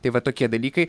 tai va tokie dalykai